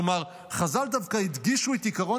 כלומר חז"ל דווקא הדגישו את עקרון